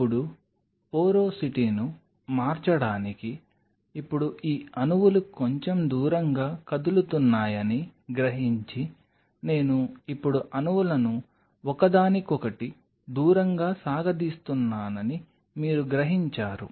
ఇప్పుడు పోరోసిటీను మార్చడానికి ఇప్పుడు ఈ అణువులు కొంచెం దూరంగా కదులుతున్నాయని గ్రహించి నేను ఇప్పుడు అణువులను ఒకదానికొకటి దూరంగా సాగదీస్తున్నానని మీరు గ్రహించారు